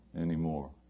anymore